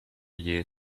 year